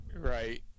Right